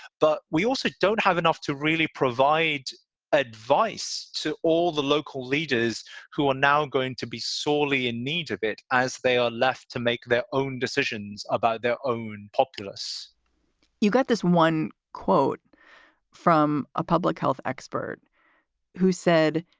but we also don't have enough to really provide advice to all the local leaders who are now going to be sorely in need of it as they are left to make their own decisions about their own populace you got this one quote from a public health expert who said,